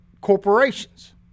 Corporations